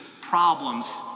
problems